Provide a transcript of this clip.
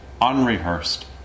unrehearsed